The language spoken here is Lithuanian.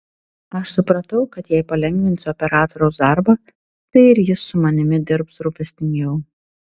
aš supratau kad jei palengvinsiu operatoriaus darbą tai ir jis su manimi dirbs rūpestingiau